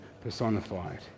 personified